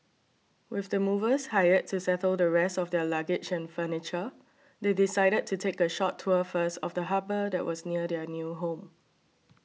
with the movers hired to settle the rest of their luggage and furniture they decided to take a short tour first of the harbour that was near their new home